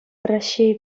раҫҫей